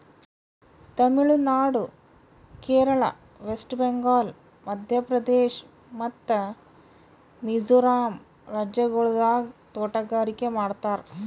ತಮಿಳು ನಾಡು, ಕೇರಳ, ವೆಸ್ಟ್ ಬೆಂಗಾಲ್, ಮಧ್ಯ ಪ್ರದೇಶ್ ಮತ್ತ ಮಿಜೋರಂ ರಾಜ್ಯಗೊಳ್ದಾಗ್ ತೋಟಗಾರಿಕೆ ಮಾಡ್ತಾರ್